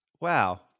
wow